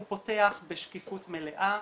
הוא פותח בשקיפות מלאה,